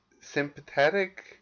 sympathetic